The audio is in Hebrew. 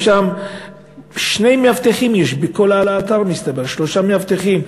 שני מאבטחים יש בכל האתר, מסתבר, שלושה מאבטחים.